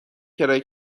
کرایه